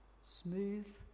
smooth